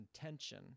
intention